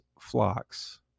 flocks